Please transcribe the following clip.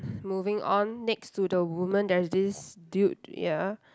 moving on next to the woman there's this dude ya